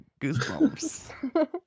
goosebumps